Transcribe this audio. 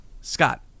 Scott